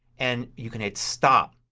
and you can hit stop.